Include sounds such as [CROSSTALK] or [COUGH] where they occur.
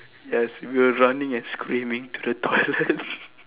yes we were running and screaming to the toilet [LAUGHS]